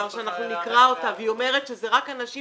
שאנחנו נקרא אותה והיא אומרת שזה רק אנשים